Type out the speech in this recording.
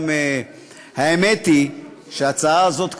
האמת היא שההצעה הזאת,